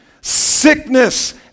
sickness